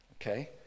Okay